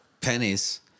pennies